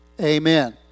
Amen